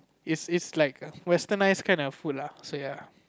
is is like westernize kind of food lah so ya